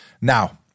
Now